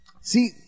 See